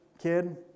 kid